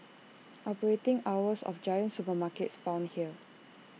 operating hours of giant supermarkets found here